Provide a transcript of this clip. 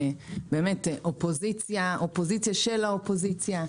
אופוזיציה של האופוזיציה,